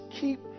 keep